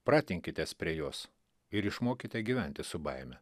pratinkitės prie jos ir išmokite gyventi su baime